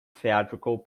theatrical